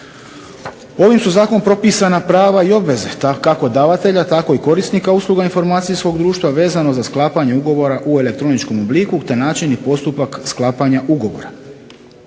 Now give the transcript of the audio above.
Ovim su zakonom propisana prava i obveze kako davatelja, tako i korisnika usluga informacijskog društva vezano za sklapanje ugovora u elektroničkom obliku, te način i postupak sklapanja ugovora.